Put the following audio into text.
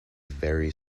very